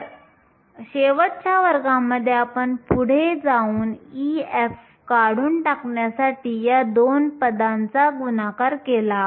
तर शेवटच्या वर्गामध्ये आपण पुढे जाऊन Ef काढून टाकण्यासाठी या दोन पदांचा गुणाकार केला